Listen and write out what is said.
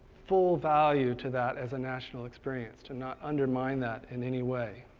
full value to that as a national experience, to not undermine that in any way.